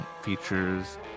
features